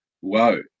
Whoa